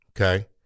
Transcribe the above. okay